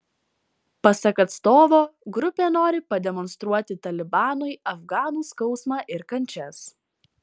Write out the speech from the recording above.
pasak atstovo grupė nori pademonstruoti talibanui afganų skausmą ir kančias